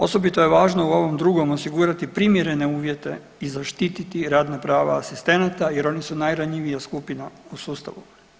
Osobito je važno u ovom drugom osigurati primjerene uvjete i zaštiti radna prava asistenata jer oni su najranjivija skupina u sustavu.